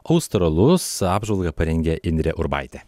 australus apžvalgą parengė indrė urbaitė